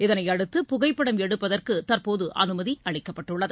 இதனையடுத்து புகைப்படம் எடுப்பதற்குதற்போதுஅனுமதிஅளிக்கப்பட்டுள்ளது